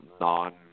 non